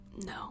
No